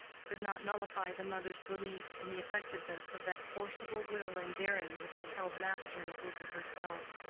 could not nullify the mother's belief in the effectiveness of that forcible will and daring which had held mastery over herself.